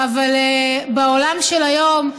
אבל בעולם של היום,